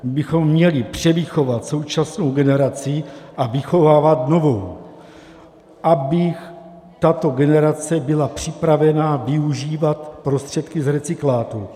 My bychom měli převychovat současnou generaci a vychovávat novou, aby tato generace byla připravena využívat prostředky z recyklátů.